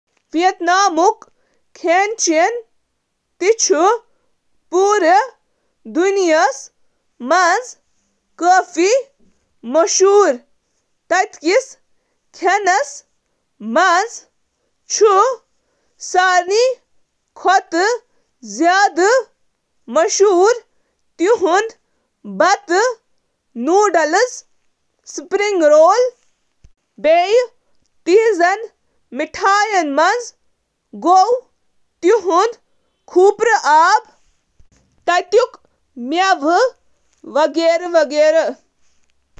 ویتنامی کھین چِھ تازٕ، صحت مند تہٕ ہلکہٕ، یمچ خصوصیت چِھ فو ,تلفظ, اکھ خوشبودار توٚملہٕ نوڈل سوپ، یُس ویتنامُک قومی ڈش چُھ۔ ویتنامی کھین چُھ ذائقن ہنٛد اکھ متحرک مرکب، یمچ خصوصیت چِھ پانژن بنیأدی ذائقن ہنٛد توازن: میٹھ، نمکین، تلخ، کھٹ، تہٕ مسالہٕ۔